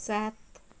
सात